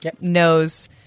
knows